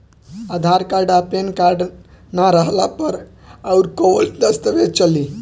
आधार card आ PAN card ना रहला पर अउरकवन दस्तावेज चली?